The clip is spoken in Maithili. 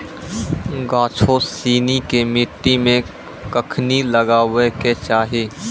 गाछो सिनी के मट्टी मे कखनी लगाबै के चाहि?